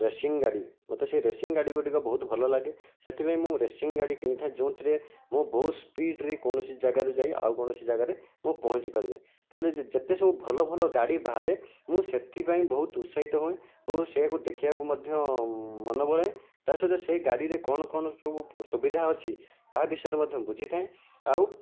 racing ଗାଡ଼ି ମୋତେ ସେଇ ରେସିଂ ଗାଡ଼ିଗୁଡ଼ିକ ବହୁତ ଭଲଲାଗେ ସେଥିପାଇଁ ମୁଁ ରେସିଂ ଗାଡ଼ି କିଣିଥାଏ ଯେଉଁଥିରେ ମୁଁ ବହୁ ସ୍ପୀଡ୍ରେ କୌଣସି ଜାଗାରୁ ଯାଇ ଆଉ କୌଣସି ଜାଗାରେ ମୁଁ ପହଞ୍ଚିପାରିବି ତା'ହେଲେ ଯେ ଯେତେସବୁ ଭଲ ଭଲ ଗାଡ଼ି ବାହାରେ ମୁଁ ସେଥିପାଇଁ ବହୁତ ଉତ୍ସାହିତ ହୁଏ ଏବଂ ସେଇଆକୁ ଦେଖିବାକୁ ମଧ୍ୟ ମନ ବଳାଏ ତା' ସହିତ ସେହି ଗାଡ଼ିରେ କ'ଣ କଣ ସବୁ ସୁବିଧା ଅଛି ତାହା ବିଷୟରେ ମଧ୍ୟ ବୁଝିଥାଏ ଆଉ